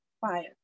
fire